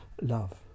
love